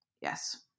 yes